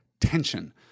tension